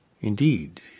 Indeed